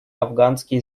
афганские